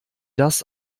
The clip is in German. das